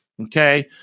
Okay